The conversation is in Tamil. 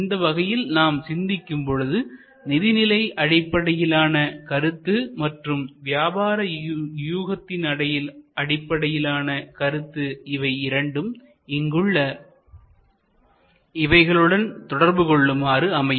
இந்த வகையில் நாம் சிந்திக்கும் பொழுது நிதிநிலை அடிப்படையிலான கருத்து மற்றும் வியாபார யூகத்தின் அடிப்படையிலான கருத்து இவை இரண்டும் இங்குள்ள இவைகளுடன் தொடர்பு கொள்ளுமாறு அமையும்